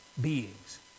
beings